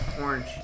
Orange